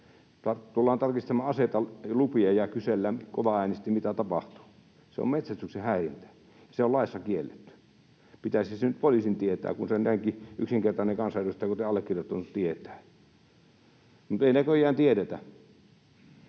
tullaan tarkistamaan aseita ja lupia ja kysellään kovaäänisesti, mitä tapahtuu. Se on metsästyksen häirintää. Se on laissa kielletty. Pitäisi se nyt poliisin tietää, kun sen näinkin yksinkertainen kansanedustaja kuin allekirjoittanut tietää. Mutta ei näköjään tiedetä.